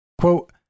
Quote